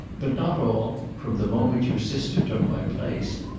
but not all from the moment your sister took my place.